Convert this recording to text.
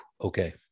okay